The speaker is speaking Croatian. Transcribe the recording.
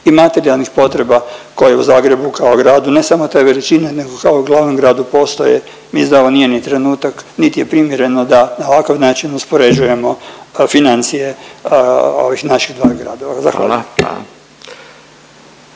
i materijalnih potreba koje u Zagrebu kao gradu ne samo te veličine nego kao glavnom gradu postoje. Mislim da ovo nije niti trenutak niti je primjereno da na ovakav način uspoređujemo financije ovih naših dva gradova. Zahvaljujem.